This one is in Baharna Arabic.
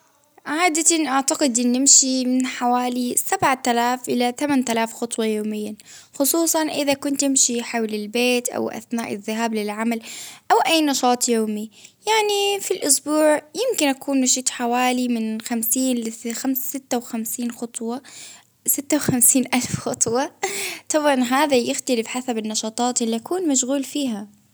عادة أعتقد إن أمشي من حوالي سبع الآف إلي تماني الآف خطوة يوميا، خصوصا إذا كنت أمشي حول البيت أو أثناء الذهاب للعمل، أو أي نشاط يومي، يعني في الإسبوع يمكن أكون مشيت حوالي من خمسين لخمسة ستة وخمسين خطوة، ستة وخمسين ألف خطوة. طبعا هذا يختلف حسب النشاطات اللي أكون مشغول فيها.